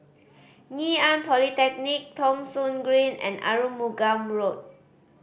Ngee Ann Polytechnic Thong Soon Green and Arumugam Road